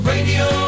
Radio